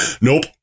Nope